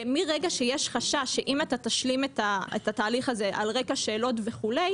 ומרגע שיש חשש שאם אתה תשלים את התהליך הזה על רקע שאלות וכו',